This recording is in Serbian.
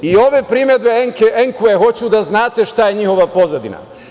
I ove primedbe ENKVA, hoću da znate šta je njihova pozadina.